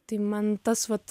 tai man tas vat